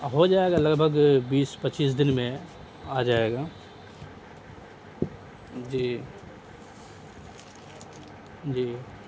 ہو جائے گا لگ بھگ بیس پچیس دن میں آ جائے گا جی جی